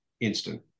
instant